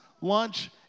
lunch